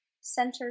center